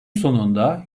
sonunda